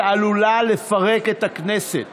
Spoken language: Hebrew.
שעלולה לפרק את הכנסת